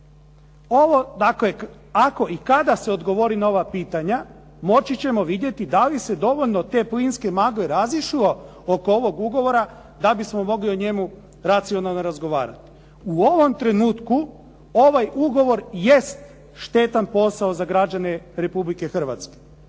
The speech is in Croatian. Ovo dakle, ako i kada se odgovori na ova pitanja moći ćemo vidjeti da li se dovoljno te plinske magle razišlo oko ovog ugovora da bismo mogli o njemu racionalno razgovarati. U ovom trenutku, ovaj ugovor jest štetan posao za građane Republike Hrvatske.